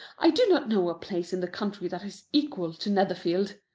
i do not know a place in the country that is equal to netherfield.